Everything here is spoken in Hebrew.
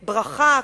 ברכה,